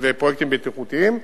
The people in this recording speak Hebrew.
ופרויקטים בטיחותיים,